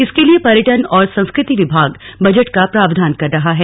इसके लिए पर्यटन और संस्कृति विभाग बजट का प्रावधान कर रहा है